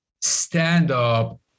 stand-up